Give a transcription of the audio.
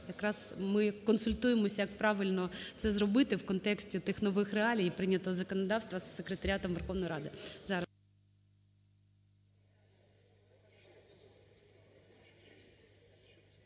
ми консультуємося, як правильно це зробити в контексті тих нових реалій і прийнятого законодавства із секретаріатом Верховної Ради,